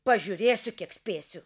pažiūrėsiu kiek spėsiu